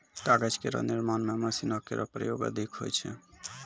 कागज केरो निर्माण म मशीनो केरो प्रयोग अधिक होय छै